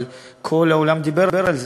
אבל כל העולם דיבר על זה,